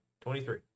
twenty-three